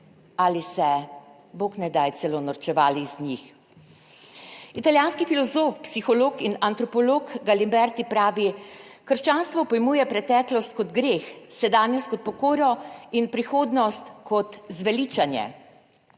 ali se, bog ne daj, celo norčevali iz njih. Italijanski filozof, psiholog in antropolog Galimberti pravi, krščanstvo pojmuje preteklost kot greh, sedanjost kot pokoro in prihodnost kot zveličanje.